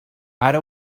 ara